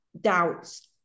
doubts